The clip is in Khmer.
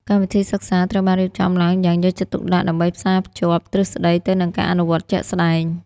កម្មវិធីសិក្សាត្រូវបានរៀបចំឡើងយ៉ាងយកចិត្តទុកដាក់ ដើម្បីផ្សារភ្ជាប់ទ្រឹស្តីទៅនឹងការអនុវត្តជាក់ស្តែង។